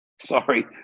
Sorry